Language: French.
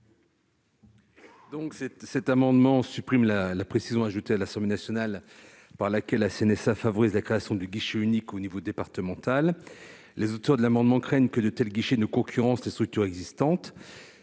? Cet amendement vise à supprimer la précision ajoutée à l'Assemblée nationale par laquelle la CNSA favorise la création du guichet unique au niveau départemental. Les auteurs de l'amendement craignent que de tels guichets ne concurrencent les structures existantes.